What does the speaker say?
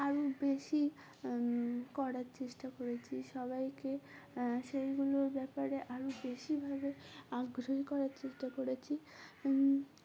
আরও বেশি করার চেষ্টা করেছি সবাইকে সেইগুলোর ব্যাপারে আরও বেশিভাবে আগ্রহী করার চেষ্টা করেছি